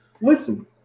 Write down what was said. listen